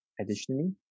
Additionally